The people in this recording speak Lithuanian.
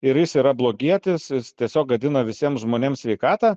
ir jis yra blogietis jis tiesiog gadina visiem žmonėms sveikatą